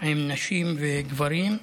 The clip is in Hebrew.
עם נשים וגברים.